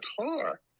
car